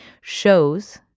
shows